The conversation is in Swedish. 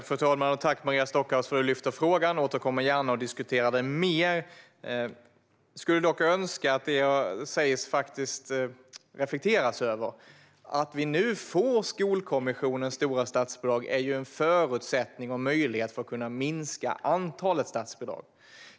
Fru talman! Tack, Maria Stockhaus, för att du lyfte frågan! Jag återkommer gärna för att diskutera detta mer. Jag skulle dock önska att man faktiskt reflekterar över det jag säger. Att vi nu får Skolkommissionens stora statsbidrag är ju en förutsättning, och en möjlighet, för att vi ska kunna minska antalet statsbidrag.